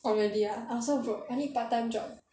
oh really ah I also broke I need part time job